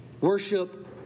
Worship